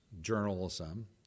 journalism